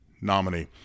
nominee